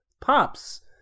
pops